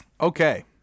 Okay